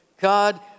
God